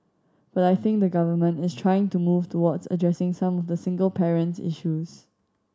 but I think the Government is trying to move towards addressing some of the single parent issues